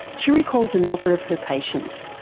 she recalls another of her patients,